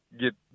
get